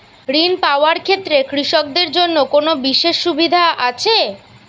ঋণ পাওয়ার ক্ষেত্রে কৃষকদের জন্য কোনো বিশেষ সুবিধা আছে?